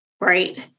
right